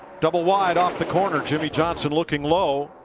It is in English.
double wide off the corner. jimmie johnson looking low.